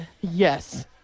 Yes